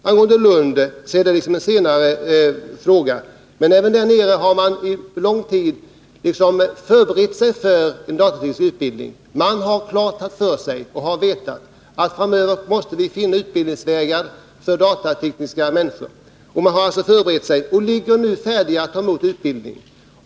Vad Lund beträffar är det en fråga som har kommit upp senare. Men man har där under en lång tid förberett sig för en datateknisk utbildning. Man har haft klart för sig att man framöver måste ha utbildningsvägar för datateknisk personal. Man har alltså förberett sig för detta och står nu färdig att ta itu med utbildningen.